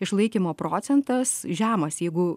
išlaikymo procentas žemas jeigu